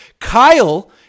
Kyle